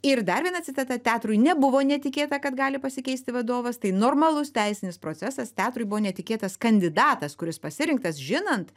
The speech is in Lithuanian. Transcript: ir dar viena citata teatrui nebuvo netikėta kad gali pasikeisti vadovas tai normalus teisinis procesas teatrui buvo netikėtas kandidatas kuris pasirinktas žinant